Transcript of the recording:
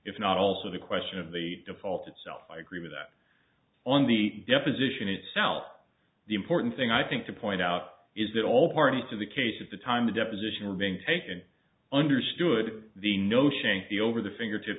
if not also the question of the default itself i agree with that on the deposition itself the important thing i think to point out is that all parties to the case at the time the deposition are being taken understood the notion that the over the fingertip